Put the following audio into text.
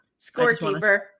Scorekeeper